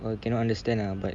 all cannot understand lah but